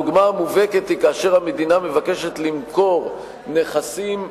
הדוגמה המובהקת היא כאשר המדינה מבקשת למכור נכסים,